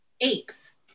apes